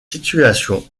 situation